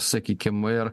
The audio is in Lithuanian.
sakykim ir